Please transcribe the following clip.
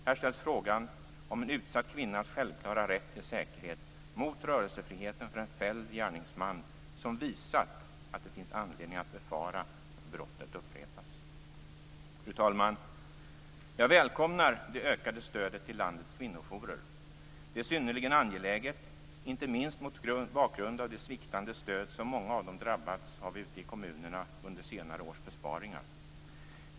Här ställs frågan om en utsatt kvinnas självklara rätt till säkerhet mot rörelsefriheten för en fälld gärningsman som visat att det finns anledning att befara att brottets upprepas. Fru talman! Jag välkomnar det ökade stödet till landets kvinnojourer. Det är synnerligen angeläget, inte minst mot bakgrund av det sviktande stöd som många av dem drabbats av ute i kommunerna under senare års besparingar.